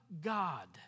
God